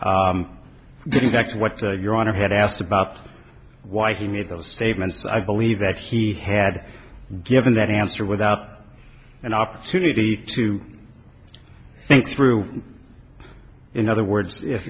getting back to what your honor had asked about why he made those statements i believe that he had given that answer without an opportunity to think through in other words if